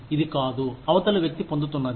ఇది కాదు అవతలి వ్యక్తి పొందుతున్నది